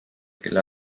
kelle